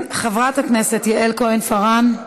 חברת הכנסת יעל כהן-פארן,